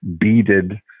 beaded